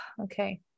Okay